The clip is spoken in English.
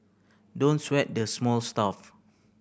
don't sweat the small stuff